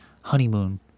honeymoon